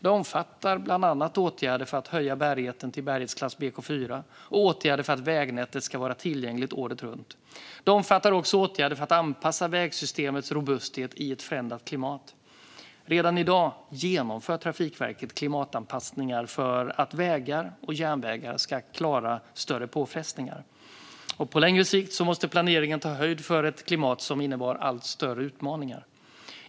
Det omfattar bland annat åtgärder för att höja bärigheten till bärighetsklass BK4 och åtgärder för att vägnätet ska vara tillgängligt året runt. Det omfattar också åtgärder för att anpassa vägsystemets robusthet i ett förändrat klimat. Redan i dag genomför Trafikverket klimatanpassningar för att vägar och järnvägar ska klara större påfrestningar. På längre sikt måste planeringen ta höjd för ett klimat som innebär allt större utmaningar.